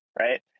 right